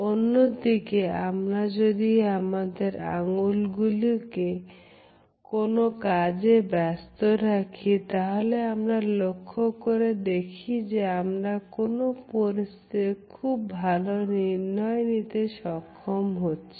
অন্যদিকে আমরা যদি আমাদের আংগুল গুলিকে কোন কাজে ব্যস্ত রাখি তাহলে আমরা লক্ষ্য করে দেখি যে আমরা কোন পরিস্থিতিতে খুব ভালো নির্ণয় নিতে সক্ষম হচ্ছি